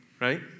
right